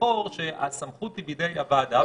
לאחור שהסמכות היא בידי הוועדה,